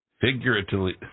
Figuratively